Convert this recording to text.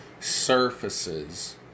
surfaces